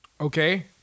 Okay